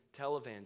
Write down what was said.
televangelists